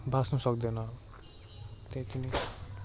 बाच्नु सक्दैन त्यति नै